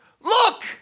Look